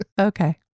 Okay